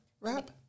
wrap